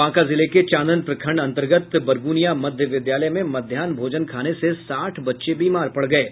बांका जिले के चांदन प्रखंड अन्तर्गत बरगुनिया मध्य विद्यालय में मध्याहन भोजन खाने से साठ बच्चे बीमार पड़ गये